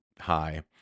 hi